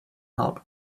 help